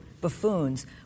buffoons